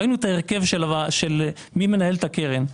ראינו את ההרכב של מי שמנהל את הקרן.